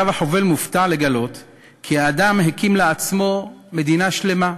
הרב-חובל מופתע לגלות כי האדם הקים לעצמו מדינה שלמה,